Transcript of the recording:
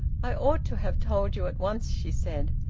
i ought to have told you at once, she said.